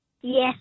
Yes